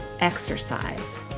exercise